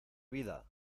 vida